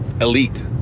elite